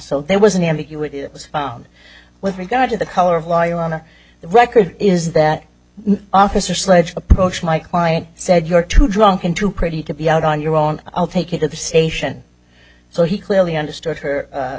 so there was an ambiguity that was found with regard to the color of lawyer on the record is that officer sledge approached my client said you're too drunk and too pretty to be out on your own i'll take you to the station so he clearly understood her